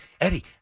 Eddie